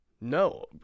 No